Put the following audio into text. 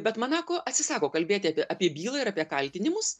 bet manako atsisako kalbėti apie apie bylą ir apie kaltinimus